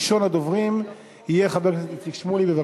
ראשון הדוברים יהיה חבר הכנסת איציק שמולי.